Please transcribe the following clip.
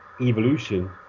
evolution